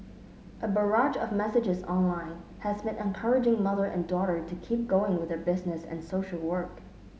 a barrage of messages online has been encouraging mother and daughter to keep going with their business and social work